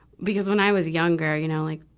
because when i was younger, you know, like,